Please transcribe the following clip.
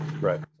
Right